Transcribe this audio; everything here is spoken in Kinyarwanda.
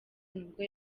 nibwo